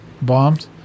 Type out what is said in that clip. bombs